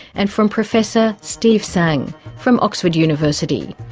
and from professor steve tsang, from oxford university.